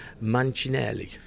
mancinelli